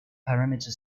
parameter